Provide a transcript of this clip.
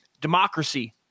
democracy